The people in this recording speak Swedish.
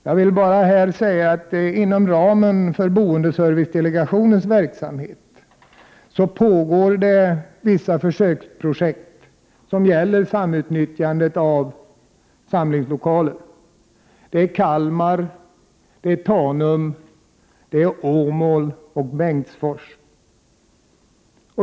Jag vill bara säga att det inom ramen för boendeservicedelegationens verksamhet pågår vissa försöksprojekt som gäller samnnyttjandet av samlingslokaler. Det sker i Kalmar, Tanum, Åmål och Bengtsfors.